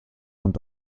und